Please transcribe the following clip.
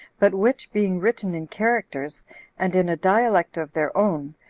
but which, being written in characters and in a dialect of their own,